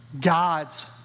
God's